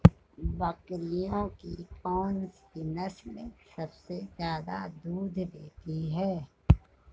बकरियों की कौन सी नस्ल सबसे ज्यादा दूध देती है?